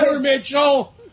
Mitchell